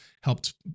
helped